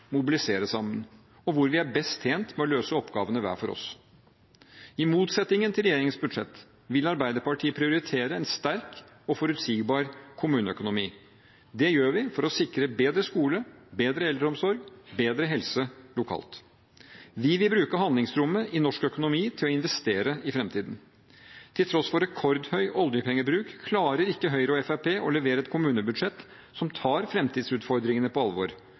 mobilisere for sammen – og hvor vi er best tjent med å løse oppgavene hver for oss. I motsetning til regjeringens budsjett vil Arbeiderpartiet prioritere en sterk og forutsigbar kommuneøkonomi. Det gjør vi for å sikre bedre skole, bedre eldreomsorg, bedre helse lokalt. Vi vil bruke handlingsrommet i norsk økonomi til å investere i framtiden. Til tross for rekordhøy oljepengebruk klarer ikke Høyre og Fremskrittspartiet å levere et kommunebudsjett som tar framtidsutfordringene på alvor: